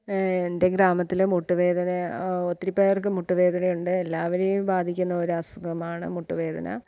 എൻ്റെ ഗ്രാമത്തിൽ മുട്ടുവേദന ഒത്തിരി പേർക്ക് മുട്ട് വേദനയുണ്ട് എല്ലാവരെയും ബാധിക്കുന്ന ഒരു അസുഖമാണ് മുട്ടുവേദന